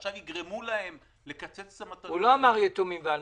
ועכשיו יגרמו להם לקצץ את המתנות --- הוא לא אמר יתומים ואלמנות.